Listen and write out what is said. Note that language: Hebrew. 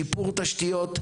שיפור תשתיות,